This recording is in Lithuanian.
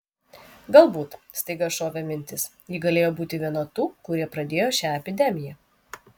galbūt staiga šovė mintis ji galėjo būti viena tų kurie pradėjo šią epidemiją